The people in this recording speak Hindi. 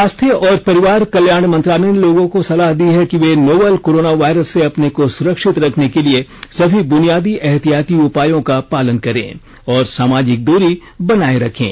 स्वास्थ्य और परिवार कल्याण मंत्रालय ने लोगों को सलाह दी है कि वे नोवल कोरोना वायरस से अपने को सुरक्षित रखने के लिए सभी बुनियादी एहतियाती उपायों का पालन करें और सामाजिक दूरी बनाए रखें